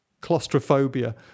claustrophobia